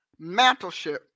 mantleship